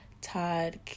Todd